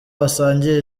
basangiye